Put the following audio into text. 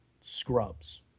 scrubs